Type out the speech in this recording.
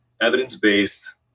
evidence-based